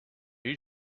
you